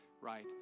right